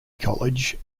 college